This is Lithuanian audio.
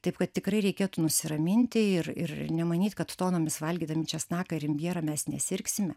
taip kad tikrai reikėtų nusiraminti ir ir nemanyt kad tonomis valgydami česnaką ir imbierą mes nesirgsime